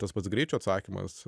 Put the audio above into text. tas pats greičio atsakymas